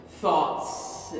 thoughts